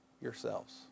yourselves